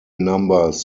numbers